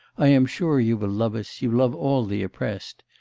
i am sure you will love us, you love all the oppressed.